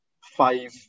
five